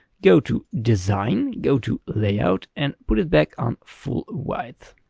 go to design, go to layout and put it back on fullwidth.